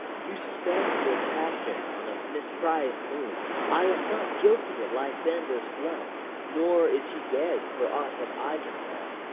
you spend your passion on a mispris'd mood i am not guilty of lysander's blood nor is he dead, for aught that i can tell.